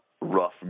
rough